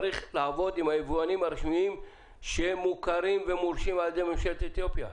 צריך לעבוד עם היבואנים הרשמיים שמוכרים ומורשים על ידי ממשלת אתיופיה.